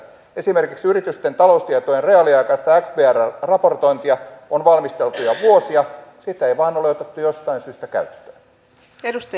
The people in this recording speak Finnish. esimerkiksi yritysten taloustietojen reaaliaikaista xbrl raportointia on valmisteltu jo vuosia sitä ei vain ole otettu jostain syystä käyttöön